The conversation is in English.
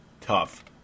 tough